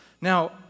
Now